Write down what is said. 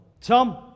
Tom